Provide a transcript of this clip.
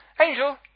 Angel